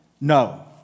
No